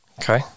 Okay